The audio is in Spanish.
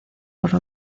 por